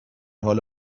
حال